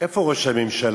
איפה ראש הממשלה?